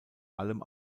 allem